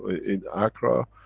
in accra,